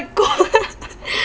CO~